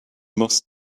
must